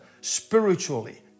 spiritually